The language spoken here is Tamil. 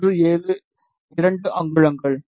172 அங்குலங்கள்